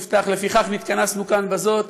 שנפתח בלפיכך נתכנסו כאן בזאת,